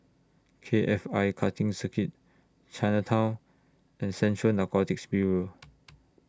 K F I Karting Circuit Chinatown and Central Narcotics Bureau